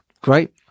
Great